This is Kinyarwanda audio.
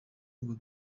ngo